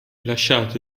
lasciato